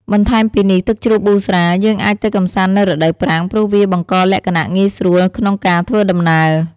បន្ថែមពីនេះ ទឹកជ្រោះប៊ូស្រា យើងអាចទៅកំសាន្តនៅរដូវប្រាំង ព្រោះវាបង្កលក្ខណៈងាយស្រួលក្នុងការធ្វើដំណើរ។